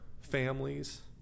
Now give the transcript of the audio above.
families